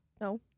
No